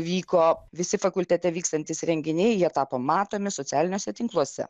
vyko visi fakultete vykstantys renginiai jie tapo matomi socialiniuose tinkluose